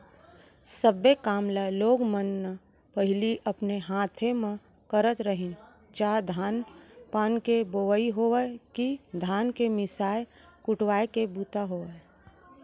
सब्बे काम ल लोग मन न पहिली अपने हाथे म करत रहिन चाह धान पान के बोवई होवय कि धान के मिसाय कुटवाय के बूता होय